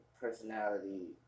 personality